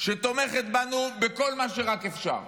שתומכת בנו בכל מה שרק אפשר?